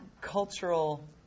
cultural